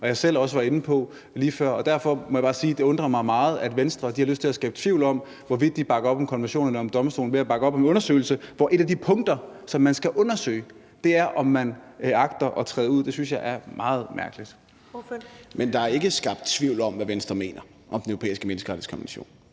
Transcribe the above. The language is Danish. og jeg selv også var inde på lige før. Derfor må jeg bare sige, at det undrer mig meget, at Venstre har lyst til at skabe tvivl om, hvorvidt de bakker op om konventionen eller om Domstolen, ved at bakke op om en undersøgelse, hvor et af de punkter, som man skal undersøge, er, om man agter at træde ud. Det synes jeg er meget mærkeligt. Kl. 12:56 Første næstformand (Karen Ellemann): Ordføreren.